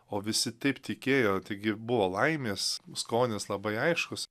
o visi taip tikėjo taigi buvo laimės skonis labai aiškus